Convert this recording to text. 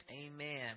amen